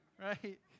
Right